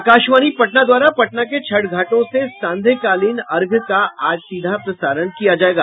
आकाशवाणी पटना द्वारा पटना के छठ घाटों से सांध्यकालीन अर्घ्य का आज सीधा प्रसारण किया जायेगा